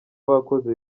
bakoze